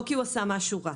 לא כי הוא עשה משהו רע.